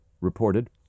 reported